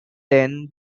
then